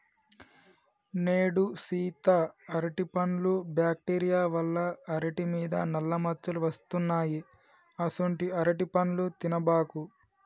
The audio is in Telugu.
నేడు సీత అరటిపండ్లు బ్యాక్టీరియా వల్ల అరిటి మీద నల్ల మచ్చలు వస్తున్నాయి అసొంటీ అరటిపండ్లు తినబాకు